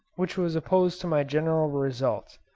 which was opposed to my general results,